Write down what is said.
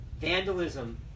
vandalism